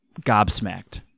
gobsmacked